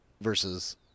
versus